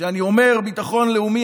כשאני אומר ביטחון לאומי,